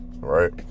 Right